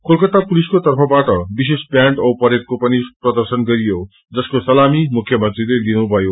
कोलकाता पुलिसको तर्फबाट विशेष्ज व्याण्ड औ परेडाको पनि प्रर्रशन गरियो जसको सलामी मुख्यमीले लिनुभयो